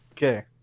okay